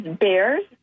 bears